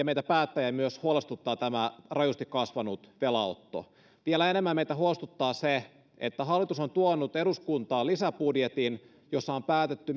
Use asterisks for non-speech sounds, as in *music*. *unintelligible* meitä päättäjiä huolestuttaa tämä rajusti kasvanut velanotto vielä enemmän meitä huolestuttaa se että hallitus on tuonut eduskuntaan lisäbudjetin jossa on päätetty *unintelligible*